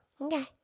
Okay